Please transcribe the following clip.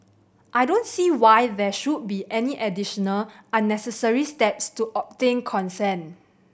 I don't see why there should be any additional unnecessary steps to obtain consent